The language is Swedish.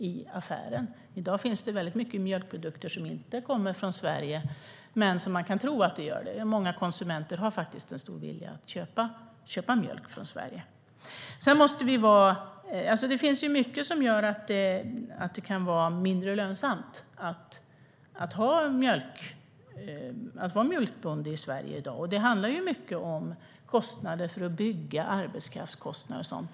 I dag finns det många mjölkprodukter som inte kommer från Sverige men som man kan tro gör det. Många konsumenter vill köpa mjölk från Sverige. Det finns mycket som kan göra det mindre lönsamt att vara mjölkbonde i Sverige i dag. Det handlar till stor del om kostnader för att bygga, arbetskraftskostnader och sådant.